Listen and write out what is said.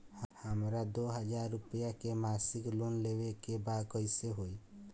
हमरा दो हज़ार रुपया के मासिक लोन लेवे के बा कइसे होई?